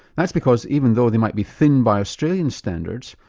that's because even though they might be thin by australian standards,